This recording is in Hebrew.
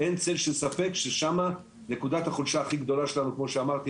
אין צל של ספק ששם נקודת החולשה הכי גדולה שלנו כמו שאמרתי,